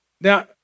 Now